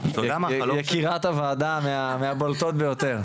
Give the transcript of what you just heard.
יקירת הוועדה מהבולטות ביותר.